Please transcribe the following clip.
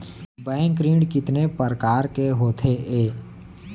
Bank ऋण कितने परकार के होथे ए?